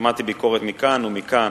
שמעתי ביקורת מכאן ומכאן.